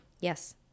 Yes